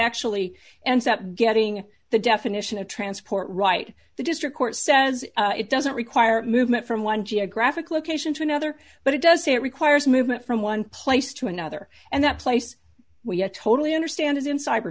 actually ends up getting the definition of transport right the district court says it doesn't require movement from one geographic location to another but it does say it requires movement from one place to another and that place we have totally understand is in cyber